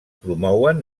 promouen